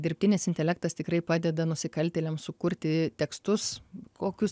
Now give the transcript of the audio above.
dirbtinis intelektas tikrai padeda nusikaltėliam sukurti tekstus kokius